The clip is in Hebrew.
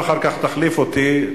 אחר כך תחליף אותי,